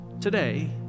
Today